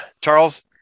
Charles